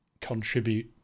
contribute